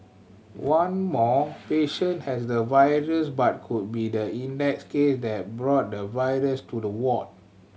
one more patient has the virus but could be the index case that brought the virus to the ward